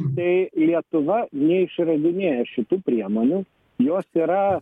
tai lietuva neišradinėja šitų priemonių jos yra